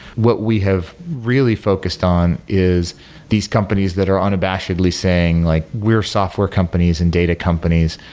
what we have really focused on is these companies that are unabashedly saying like, we're software companies and data companies,